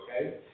Okay